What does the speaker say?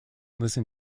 listen